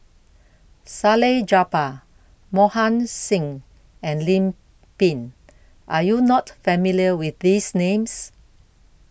Salleh Japar Mohan Singh and Lim Pin Are YOU not familiar with These Names